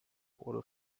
oder